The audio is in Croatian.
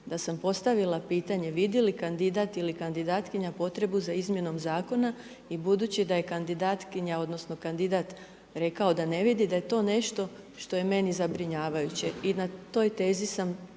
da sam postavila pitanje vidi li kandidat ili kandidatkinja potrebu za izmjenom zakona i budući da je kandidatkinja odnosno kandidat rekao da ne vidi da je to nešto što je meni zabrinjavajuće i na toj tezi sam,